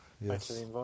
Yes